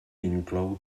inclou